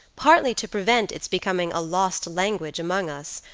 partly to prevent its becoming a lost language among us,